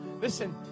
Listen